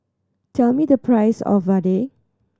tell me the price of vadai